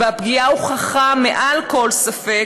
והפגיעה הוכחה מעל כל ספק,